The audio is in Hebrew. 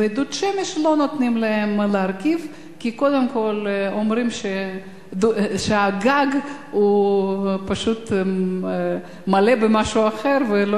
ולא נותנים להרכיב דוד שמש כי אומרים שהגג פשוט מלא במשהו אחר.